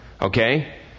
okay